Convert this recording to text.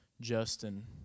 Justin